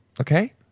okay